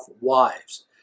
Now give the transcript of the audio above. wives